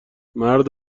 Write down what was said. مرد